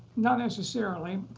not necessarily.